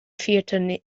theatr